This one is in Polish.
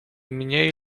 mniej